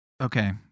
Okay